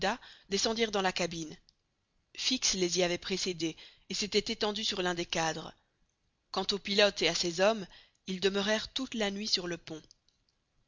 descendirent dans la cabine fix les y avait précédés et s'était étendu sur l'un des cadres quant au pilote et à ses hommes ils demeurèrent toute la nuit sur le pont